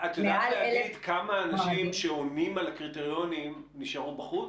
להגיד כמה אנשים שעונים על הקריטריונים נשארו בחוץ?